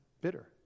bitter